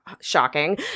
Shocking